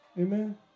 Amen